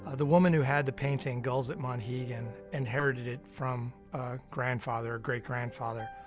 ah the woman who had the painting, gulls at monhegan, inherited it from a grandfather or great-grandfather,